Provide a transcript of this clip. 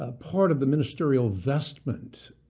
ah part of the ministerial vestment,